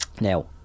Now